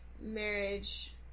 marriage